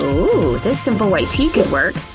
ooh, this simple white tee could work.